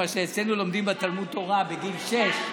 מה שאצלנו לומדים בתלמוד תורה בגיל שש,